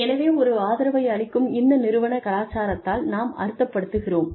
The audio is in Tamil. எனவே ஒரு ஆதரவை அளிக்கும் இந்த நிறுவன கலாச்சாரத்தால் நாம் அர்த்தப்படுத்துகிறோம்